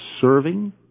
serving